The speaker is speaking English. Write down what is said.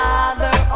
Father